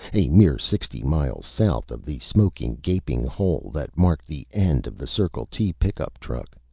a mere sixty miles south of the smoking, gaping hole that marked the end of the circle t pickup truck.